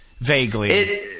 vaguely